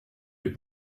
les